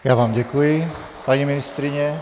Já vám děkuji, paní ministryně.